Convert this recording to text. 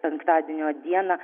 penktadienio dieną